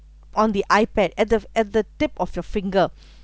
on the ipad at the at the tip of your finger